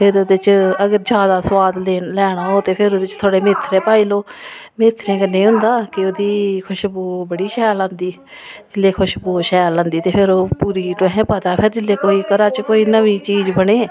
ते फिर ओह्दे च जादै सोआद लैना होऐ ते ओह्दे च थोह्ड़े नेह् मेथरे पाई लैओ मेथरे कन्नै एह् होंदा कि एह्दी खुश्बू बड़ी शैल आंदी ते पूरी फिर ओह् तुसेंगी पता कि जेल्लै कोई घरा च नमीं चीज़ बनै